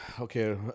okay